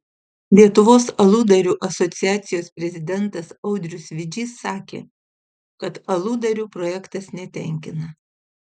lietuvos aludarių asociacijos prezidentas audrius vidžys sakė kad aludarių projektas netenkina